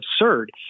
absurd